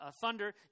thunder